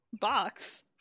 Box